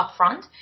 upfront